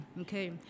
okay